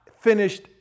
finished